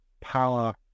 power